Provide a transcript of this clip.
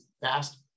fast